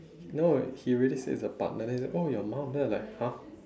no he already said it's a partner then he say oh your mum then I like !huh!